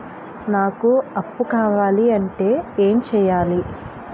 నాకు అప్పు కావాలి అంటే ఎం చేయాలి?